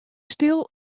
stil